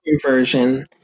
version